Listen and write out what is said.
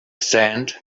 sand